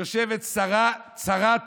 יושבת שרת-צרת